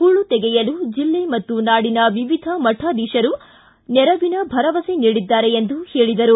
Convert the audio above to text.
ಹೂಳು ತೆಗೆಯಲು ಜಿಲ್ಲೆ ಮತ್ತು ನಾಡಿನ ವಿವಿಧ ಮಠಾಧೀಶರು ನೆರವಿನ ಭರವಸೆ ನೀಡಿದ್ದಾರೆ ಎಂದು ಹೇಳದರು